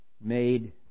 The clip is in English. made